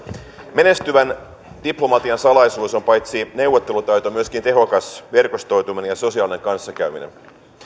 menestyvän diplomatian salaisuus on paitsi neuvottelutaito myöskin tehokas verkostoituminen ja sosiaalinen kanssakäyminen